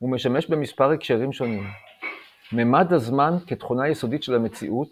ומשמש במספר הקשרים שונים - ממד הזמן כתכונה יסודית של המציאות